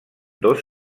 dos